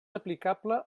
aplicable